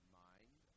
mind